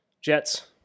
Jets